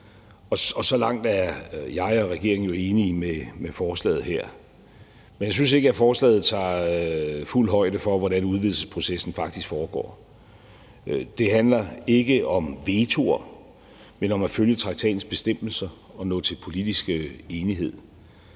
om. Så langt er jeg og regeringen jo enige med forslaget her. Men jeg synes ikke, at forslaget tager fuld højde for, hvordan udvidelsesprocessen faktisk foregår. Det handler ikke om vetoer, men om at følge traktatens bestemmelser og nå til politisk enighed.